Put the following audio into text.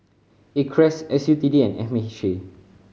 Acres S U T D and M H C